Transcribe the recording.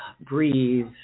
breathe